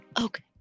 Okay